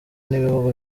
n’ibihugu